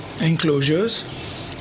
enclosures